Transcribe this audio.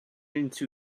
into